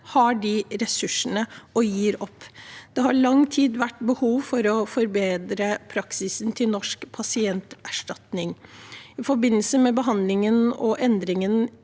har de ressursene, og man gir opp. Det har i lang tid vært behov for å forbedre praksisen til Norsk pasientskadeerstatning. I forbindelse med behandlingen av endringer